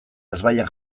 ezbaian